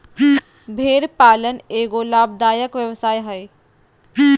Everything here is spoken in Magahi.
भेड़ पालन एगो लाभदायक व्यवसाय हइ